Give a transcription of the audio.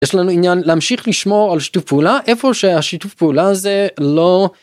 יש לנו עניין להמשיך לשמור על שיתוף פעולה איפה שהשיתוף פעולה זה לא.